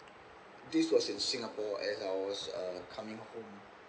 this was in singapore as I was uh coming home